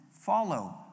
follow